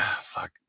fuck